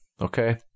Okay